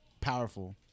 powerful